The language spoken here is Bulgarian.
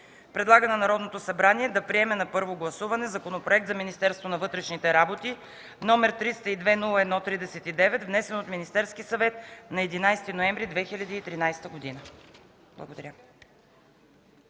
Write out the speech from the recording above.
Предлага на Народното събрание да приеме на първо гласуване Законопроект за Министерството на вътрешните работи, № 302-01-39, внесен от Министерския съвет на 11 ноември 2013 г.” Благодаря.